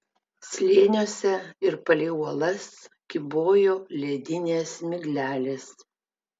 slėniuose ir palei uolas kybojo ledinės miglelės